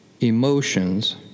emotions